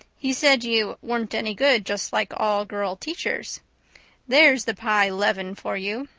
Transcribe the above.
he said you weren't any good, just like all girl teachers there's the pye leaven for you.